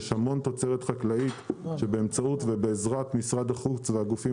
יש המון תוצרת חקלאית שבאמצעות ובעזרת משרד החוץ והגופים